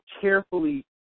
carefully